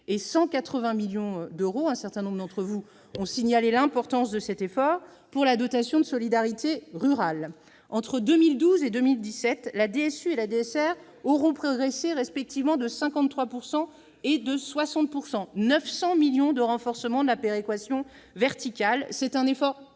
et 180 millions d'euros- un certain nombre d'entre vous ont signalé l'importance de cet effort -pour la dotation de solidarité rurale, la DSR. Entre 2012 et 2017, la DSU et la DSR auront progressé respectivement de 53 % et de 60 %, ce qui représente 900 millions d'euros de renforcement de la péréquation verticale. C'est un effort